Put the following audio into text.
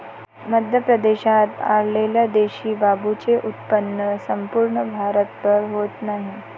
मध्य प्रदेशात आढळलेल्या देशी बांबूचे उत्पन्न संपूर्ण भारतभर होत नाही